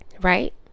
Right